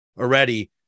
already